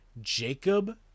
Jacob